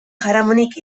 jaramonik